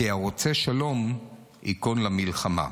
כי הרוצה שלום ייכון למלחמה.